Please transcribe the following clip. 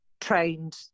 trained